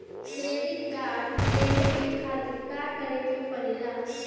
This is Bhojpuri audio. क्रेडिट कार्ड लेवे के खातिर का करेके पड़ेला?